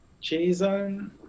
Jason